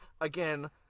again